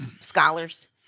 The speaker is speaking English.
Scholars